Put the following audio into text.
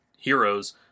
Heroes